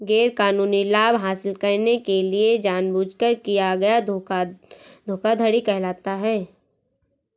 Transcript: गैरकानूनी लाभ हासिल करने के लिए जानबूझकर किया गया धोखा धोखाधड़ी कहलाता है